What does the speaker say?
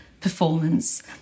performance